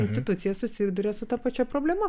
institucija susiduria su ta pačia problema